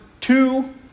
two